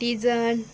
Teejan